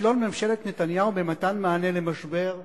ש"כישלון ממשלת נתניהו במתן מענה על משבר הדיור",